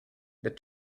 that